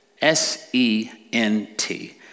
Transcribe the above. S-E-N-T